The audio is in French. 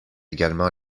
également